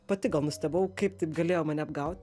pati nustebau kaip taip galėjo mane apgaut